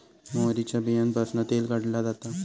मोहरीच्या बीयांपासना तेल काढला जाता